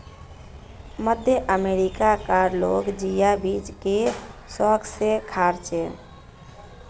मध्य अमेरिका कार लोग जिया बीज के शौक से खार्चे